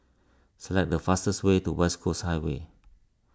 select the fastest way to West Coast Highway